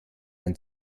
ein